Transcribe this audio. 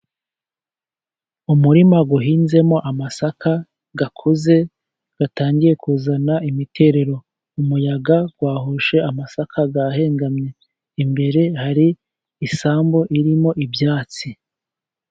Umurima uhinzemo amasaka akuze atangiye kuzana imiterero. umuyaga wahushye amasaka ahengamye imbere hari isambu irimo ibyatsi.